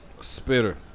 Spitter